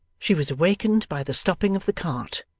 she was awakened by the stopping of the cart,